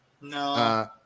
No